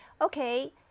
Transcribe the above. Okay